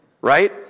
Right